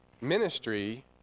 ministry